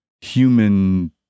human